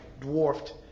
dwarfed